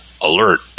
alert